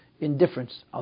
indifference